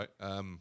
right